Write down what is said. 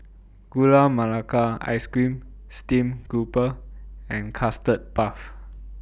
Gula Melaka Ice Cream Steamed Grouper and Custard Puff